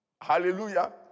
Hallelujah